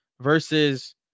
versus